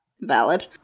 Valid